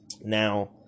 Now